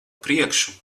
priekšu